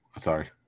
sorry